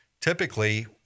typically